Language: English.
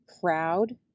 proud